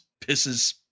pisses